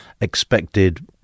expected